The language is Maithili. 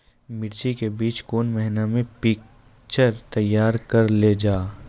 मिर्ची के बीज कौन महीना मे पिक्चर तैयार करऽ लो जा?